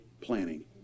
planning